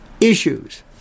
issues